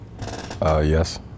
yes